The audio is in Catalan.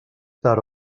tard